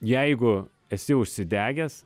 jeigu esi užsidegęs